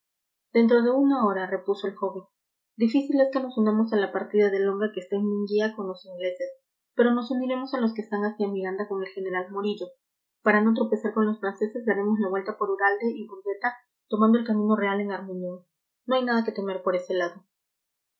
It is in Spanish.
dentro de una hora repuso el joven difícil es que nos unamos a la partida de longa que está en munguía con los ingleses pero nos uniremos a los que están hacia miranda con el general morillo para no tropezar con los franceses daremos la vuelta por uralde y burgueta tomando el camino real en armiñón no hay nada que temer por ese lado